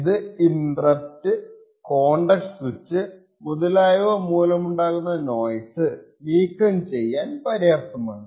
ഇത് interrupt context switch മുതലായവ മൂലമുണ്ടാകുന്ന നോയ്സ് നീക്കം ചെയ്യാൻ പര്യാപ്തമാണ്